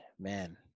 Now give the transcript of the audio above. man